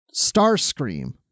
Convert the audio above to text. starscream